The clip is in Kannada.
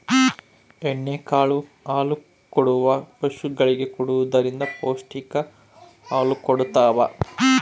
ಎಣ್ಣೆ ಕಾಳು ಹಾಲುಕೊಡುವ ಪಶುಗಳಿಗೆ ಕೊಡುವುದರಿಂದ ಪೌಷ್ಟಿಕ ಹಾಲು ಕೊಡತಾವ